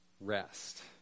rest